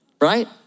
right